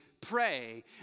pray